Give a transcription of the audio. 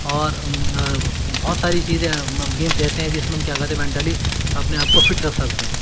اور بہت ساری چیزیں گیمس ایسے ہیں جس میں ہم کیا کہتے ہیں مینٹلی اپنے آپ کو فٹ رکھ سکتے ہیں